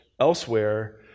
elsewhere